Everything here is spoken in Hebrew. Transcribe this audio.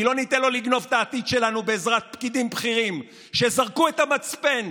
כי לא ניתן לו לגנוב את העתיד שלנו בעזרת פקידים בכירים שזרקו את המצפן,